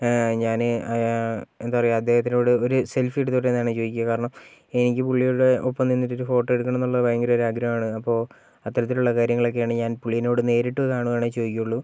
ഞാന് എന്താ പറയുക അദ്ദേഹത്തിനോട് ഒരു സെൽഫി എടുത്തോട്ടെന്നാണ് ചോദിക്കുക കാരണം എനിക്ക് പുള്ളിയുടെ ഒപ്പം നിന്നൊരു ഫോട്ടോ എടുക്കണം എന്നുള്ളത് ഭയങ്കര ഒരു ആഗ്രഹമാണ് അപ്പോൾ അത്തരത്തിലുള്ള കാര്യങ്ങളൊക്കെയാണ് ഞാൻ പുള്ളിനോട് നേരിട്ട് കാണുവാണെങ്കിൽ ചോദിക്കുകയുള്ളു